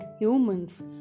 humans